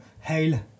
hail